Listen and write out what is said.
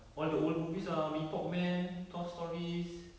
all the old movies ah mee pok man twelve storeys